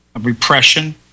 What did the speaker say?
repression